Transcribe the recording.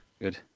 Good